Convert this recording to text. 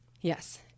Yes